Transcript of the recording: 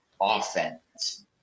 offense